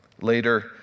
Later